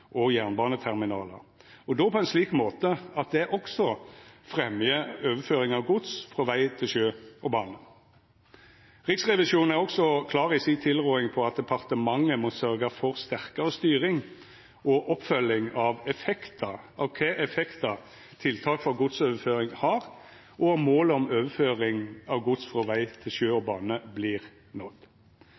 og jernbaneterminalar, og då på ein slik måte at det også fremjar overføring av gods frå veg til sjø og bane. Riksrevisjonen er også klar i si tilråding på at departementet må sørgja for sterkare styring og oppfølging av kva effektar tiltak for godsoverføring har, og om målet om overføring av gods frå veg til sjø og bane vert nådd.